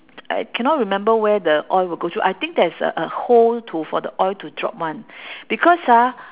I cannot remember where the oil will go through I think there's a a hole for the oil to drop [one] because ah